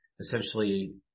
essentially